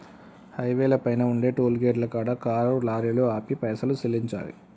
హైవేల పైన ఉండే టోలుగేటుల కాడ కారు లారీలు ఆపి పైసలు సెల్లించాలి